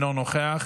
אינו נוכח.